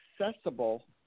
accessible